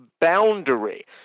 boundary